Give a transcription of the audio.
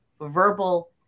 verbal